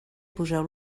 poseu